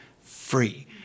free